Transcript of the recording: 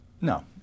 no